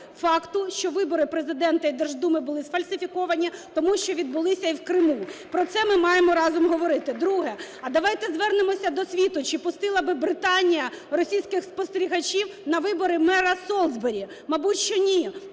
що вибори президента і Держдуми були сфальсифіковані, тому що відбулися і в Криму. Про це ми маємо разом говорити. Друге. А давайте звернемося до світу: чи пустила би Британія російських спостерігачів на вибори мера Солсбері? Мабуть, що ні.